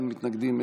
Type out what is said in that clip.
אין מתנגדים,